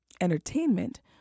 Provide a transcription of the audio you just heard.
entertainment